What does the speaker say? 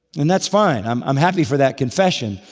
and that's fine, i'm um happy for that confession.